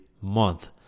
month